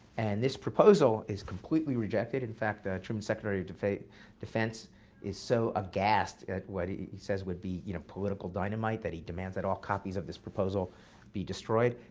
and this proposal is completely rejected. in fact, truman's secretary of defense defense is so aghast at what he says would be you know political dynamite that he demands that all copies of this proposal be destroyed.